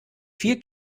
vier